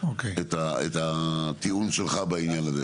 אתה מוסיף מנדט למועצה.